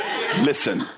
Listen